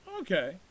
Okay